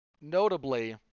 notably